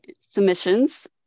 submissions